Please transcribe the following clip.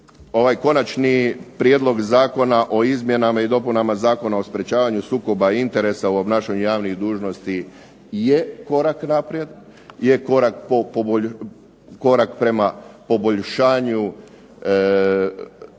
Konačni prijedlog zakona o izmjenama i dopunama Zakona o sprečavanju sukoba interesa u obnašanju javnih dužnosti je korak naprijed, je korak prema poboljšanju pravnog